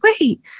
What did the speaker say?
wait